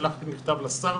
שלחתי מכתב לשר.